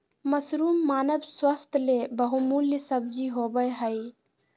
mushroom मानव स्वास्थ्य ले बहुमूल्य सब्जी होबय हइ